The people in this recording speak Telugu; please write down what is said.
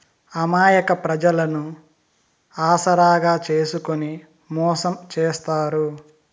అమాయక ప్రజలను ఆసరాగా చేసుకుని మోసం చేత్తారు